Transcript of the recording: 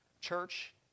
Church